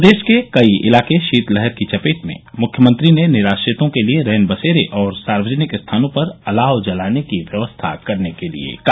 प्रदेश के कई इलाके शीतलहर की चपेट में मुख्यमंत्री ने निराश्रितों के लिये रैन बसेरे और सार्वजनिक स्थानों पर अलाव जलाने की व्यवस्था करने के लिये कहा